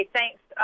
Thanks